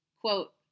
quote